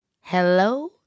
Hello